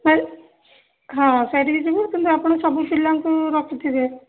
ନାହିଁ ହଁ ସେଠିକି ଯିବୁ କିନ୍ତୁ ଆପଣ ସବୁ ପିଲାଙ୍କୁ ରଖିଥିବେ